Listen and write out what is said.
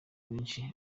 menshi